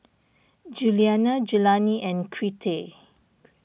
Juliana Jelani and Crete